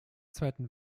zweiten